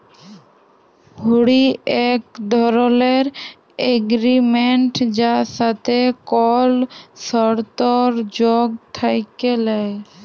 হুঁড়ি এক ধরলের এগরিমেনট যার সাথে কল সরতর্ যোগ থ্যাকে ল্যায়